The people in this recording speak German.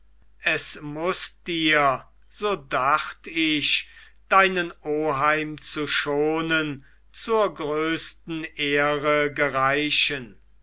es muß dir so dacht ich deinen oheim zu schonen zur größten ehre gereichen